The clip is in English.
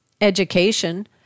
Education